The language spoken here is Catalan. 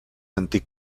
antic